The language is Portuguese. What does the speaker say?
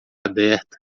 aberta